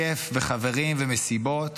כיף, חברים ומסיבות,